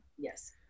Yes